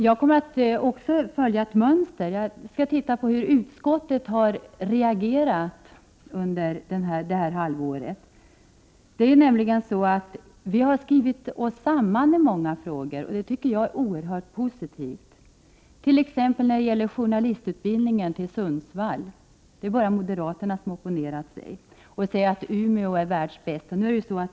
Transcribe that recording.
Jag kommer att följa ett mönster. Jag skall titta på hur utskottet har reagerat under det senaste halvåret. Vi har — och det tycker jag är oerhört positivt — skrivit oss samman i många frågor, t.ex. när det gäller förläggningen av journalistutbildningen till Sundsvall. Det är bara moderaterna som har opponerat sig och menat att Umeå är världsbäst.